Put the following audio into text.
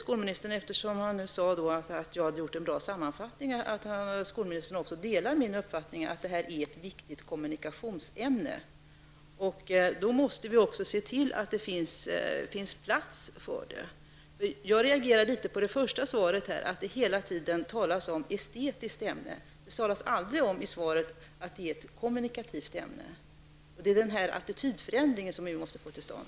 Skolministern sade att jag hade gjort en bra sammanfattning, och jag tolkar det som att han också delar min uppfattning att det här är ett viktigt kommunikationsämne. Då måste vi också se till att det finns plats för det. Jag reagerade litet på det första svaret där det hela tiden talas om estetiskt ämne. Det talas aldrig om i svaret att det är ett kommunikativt ämne. Den attitydförändringen måste vi få till stånd.